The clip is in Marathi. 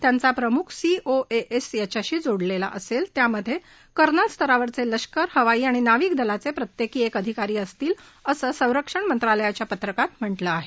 त्यांच्या प्रमुख सी ओ ए एस यांच्याशी जोडला असेल त्यामधे कर्नल स्तरावरचे लष्कर हवाई आणि नाविक दलाचे प्रत्येकी एक अधिकारी असतील असं संरक्षण मंत्रालयाच्या पत्रकात म्हटलं आहे